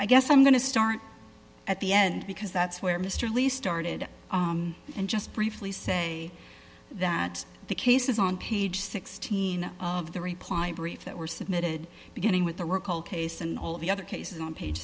i guess i'm going to start at the end because that's where mr least started and just briefly say that the cases on page sixteen of the reply brief that were submitted beginning with the rico case and all of the other cases on page